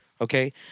Okay